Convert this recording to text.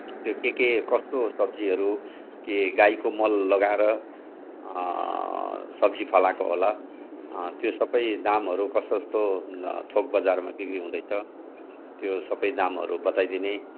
त्यो के के कस्तो सब्जीहरू के गाईको मल लगाएर सब्जी फलाएको होला त्यो सबै दामहरू कस्तो कस्तो थोक बजारमा बिक्री हुँदैछ त्यो सबै दामहरू बताइदिने